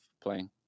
playing